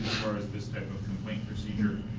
far as this type of complaint procedure.